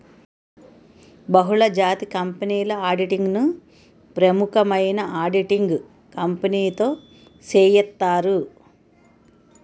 బహుళజాతి కంపెనీల ఆడిటింగ్ ను ప్రముఖమైన ఆడిటింగ్ కంపెనీతో సేయిత్తారు